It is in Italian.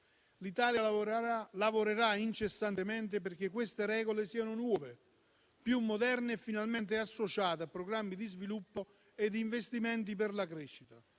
L'Italia lavorerà incessantemente perché queste regole siano nuove, più moderne e finalmente associate a programmi di sviluppo e di investimenti per la crescita.